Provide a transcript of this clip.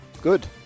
Good